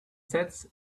sets